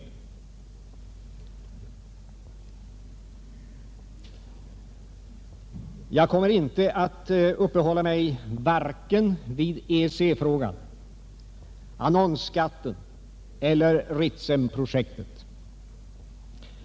Jag kommer inte att uppehålla mig vid EEC-frågan, annonsskatten eller Ritsemprojektet.